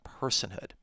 personhood